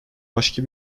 başka